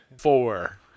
Four